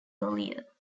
earlier